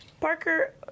Parker